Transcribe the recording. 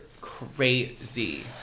crazy